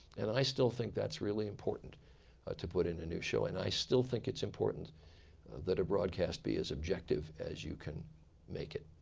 and i still think that's really important to put in a new show. and i still think it's important that a broadcast be as objective as you can make it.